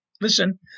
listen